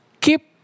keep